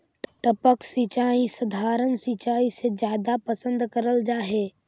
टपक सिंचाई सधारण सिंचाई से जादा पसंद करल जा हे